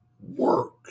work